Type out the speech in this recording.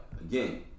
again